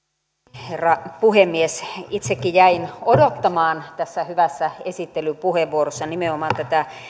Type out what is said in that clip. herra puhemies itsekin jäin odottamaan tässä hyvässä esittelypuheenvuorossa nimenomaan tätä